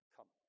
Come